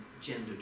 gender